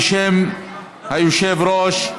בשם היושב-ראש,